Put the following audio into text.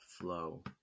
flow